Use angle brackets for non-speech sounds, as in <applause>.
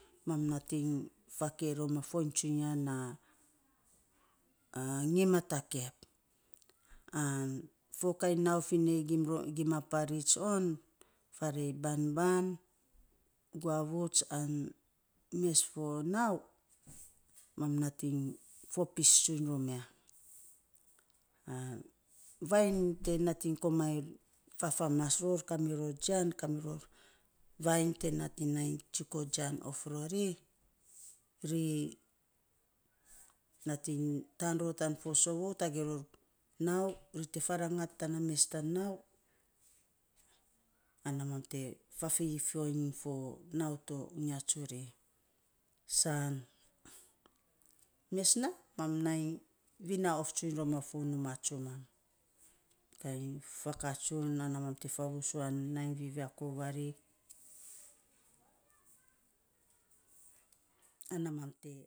Mam nating fakei rom a foiny tsunya na <hesitation> ngim a takep, an fo kainy nau finei gim on pa parits on, fo kainy nau finei banban, guavuts an mes fo nau, mam nating fopis tsun rom ya. <hesitation> vainy te nating komainy fafamas ror, kamiror jian, kamiror vainy te nating nei tsiko jian of ror ri, ri nating taan ror tan fo sovou tagei ror nau, ri te fa rangat tana mes tan nau, ana mam te fafifoiny fo nau to unya tsuri. San mes nainy, mam nainy vinau of tsun rom fo numaa tsumam. kainy faka tsun ana mam te favusuan, nei viviako varik <noise> ana mam te.